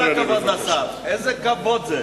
עם כל הכבוד לשר, איזה כבוד זה,